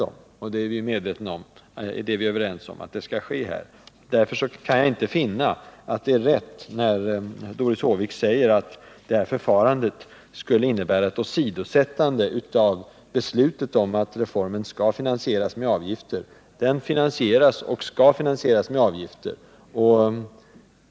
Att återbetalning skall ske i detta fall är vi överens om. Därför kan jag inte finna att det är rätt när Doris Håvik säger att detta förfarande innebär ett åsidosättande av beslutet om att reformen skall finansieras med avgifter. Den finansieras och skall finansieras med avgifter.